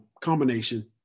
Combination